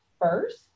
first